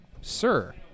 Sir